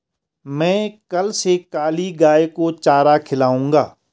मैं कल से काली गाय को चारा खिलाऊंगा